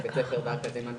אני